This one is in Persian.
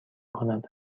کند